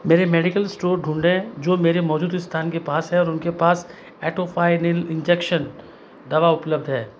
मेरे medical store ढूँढें जो मेरे मौजूदा स्थान के पास है और उनके पास एटोफ़ायनिल इंजेक्शन दवा उपलब्ध है